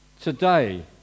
Today